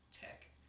Tech